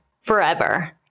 forever